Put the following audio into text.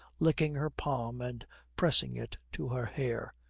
licking her palm, and pressing it to her hair.